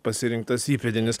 pasirinktas įpėdinis